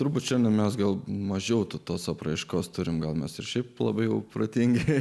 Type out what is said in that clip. turbūt čia mes gal mažiau tos apraiškos turime gal mes ir šiaip labai protingi